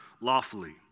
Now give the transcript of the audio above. lawfully